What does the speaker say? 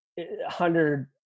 hundred